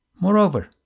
Moreover